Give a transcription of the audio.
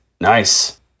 nice